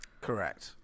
Correct